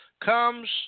comes